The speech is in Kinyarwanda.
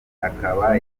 akaba